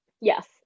yes